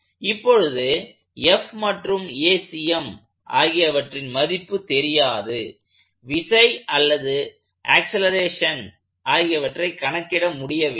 இப்பொழுது மற்றும் ஆகியவற்றின் மதிப்பு தெரியாது விசை அல்லது ஆக்சலேரேஷன் ஆகியவற்றை கணக்கிட முடியவில்லை